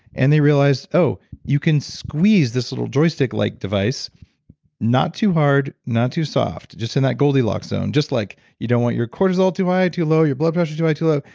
and they realized, oh you can squeeze this little joystick like device not too hard, not too soft, just in that goldilocks zone. just like you don't want your cortisol too high, too low your blood pressure too high too low.